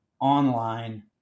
online